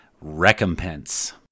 Recompense